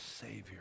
Savior